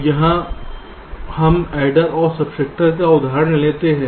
तो यहाँ हम एडर और सबट्रैक्टर का उदाहरण लेते हैं